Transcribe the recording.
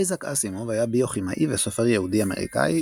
אייזק אסימוב היה ביוכימאי וסופר יהודי אמריקאי,